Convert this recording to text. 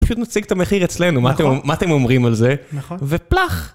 פשוט נציג את המחיר אצלנו, מה אתם אומרים על זה, ופלח!